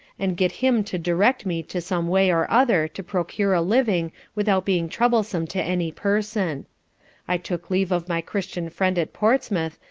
and get him to direct me to some way or other to procure a living without being troublesome to any person i took leave of my christian friend at portsmouth,